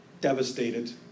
devastated